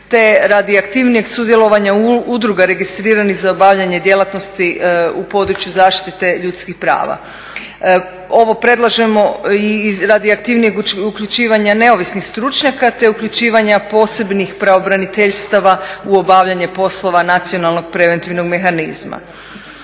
te radi aktivnijeg sudjelovanja udruga registriranih za obavljanje djelatnosti u području zaštite ljudskih prava. Ovo predlažemo i radi aktivnijeg uključivanja neovisnih stručnjaka te uključivanja posebnih pravobraniteljstava u obavljanje poslova nacionalnog preventivnog mehanizma.